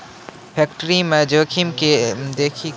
फैक्टरीमे जोखिम देखी कय आमदनी रो रक्षा लेली बिकलांता बीमा करलो जाय छै